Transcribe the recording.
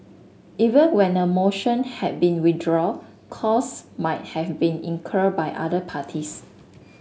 even when a motion had been withdrawn costs might have been incurred by other parties